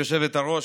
גברתי היושבת-ראש,